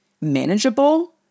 manageable